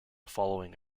following